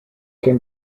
can